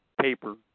paper